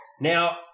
Now